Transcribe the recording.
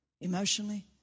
emotionally